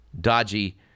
dodgy